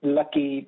Lucky